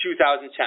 2010